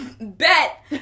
Bet